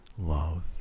love